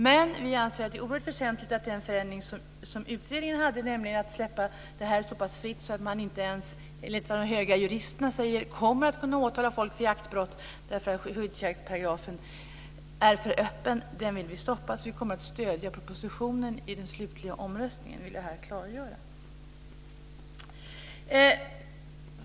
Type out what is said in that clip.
Men vi anser att det är oerhört väsentligt att den förändring som utredningen föreslog stoppas, nämligen att släppa detta så pass fritt att man inte ens, enligt vad de höga juristerna säger, kommer att kunna åtala folk för jaktbrott eftersom skyddsjaktparagrafen är för öppen. Det vill vi alltså stoppa, och vi kommer därför att stödja propositionen i den slutliga omröstningen. Det vill jag klargöra här.